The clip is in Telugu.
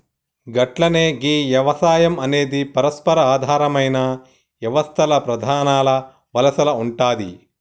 గట్లనే గీ యవసాయం అనేది పరస్పర ఆధారమైన యవస్తల్ల ప్రధానల వరసల ఉంటాది